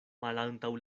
malantaŭ